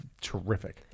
terrific